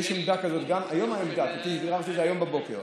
יש עמדה כזאת, אני ביררתי את זה היום בבוקר.